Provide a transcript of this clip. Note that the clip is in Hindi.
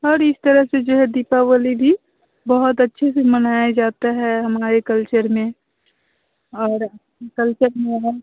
और इस तरह से जो है दीपावली भी बहुत अच्छे से मनाया जाता है हमारे कल्चर में और अपनी कल्चर में हम